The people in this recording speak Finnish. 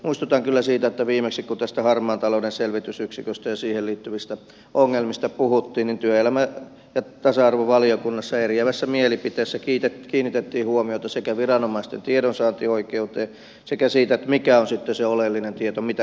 muistutan kyllä sii tä että viimeksi kun tästä harmaan talouden selvitysyksiköstä ja siihen liittyvistä ongelmista puhuttiin työelämä ja tasa arvovaliokunnassa eriävässä mielipiteessä kiinnitettiin huomiota sekä viranomaisten tiedonsaantioikeuteen että siihen mikä on sitten se oleellinen tieto mitä pitäisi saada esille